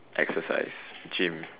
exercise gym